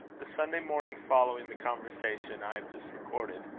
the sunday morning following the conversation i have just recorded,